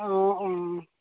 অঁ অঁ